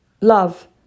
love